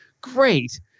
Great